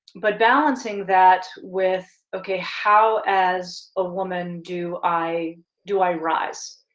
but, balancing that with, okay, how as a woman, do i do i rise?